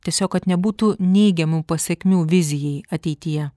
tiesiog kad nebūtų neigiamų pasekmių vizijai ateityje